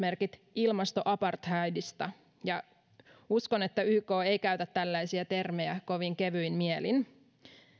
ilmastoapartheidista ja uskon että yk ei käytä tällaisia termejä kovin kevyin mielin